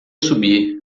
subir